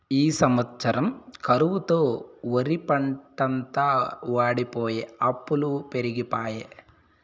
ఈ సంవత్సరం కరువుతో ఒరిపంటంతా వోడిపోయె అప్పులు పెరిగిపాయె